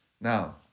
Now